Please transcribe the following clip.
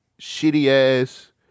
shitty-ass